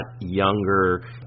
younger